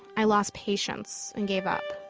i lost patience and gave up.